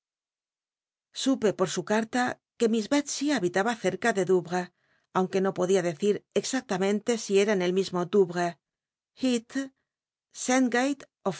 supe por su carla que miss belsey habitaba cerca de douvres aunque no podía decir exactamente si era en el mismo domrcs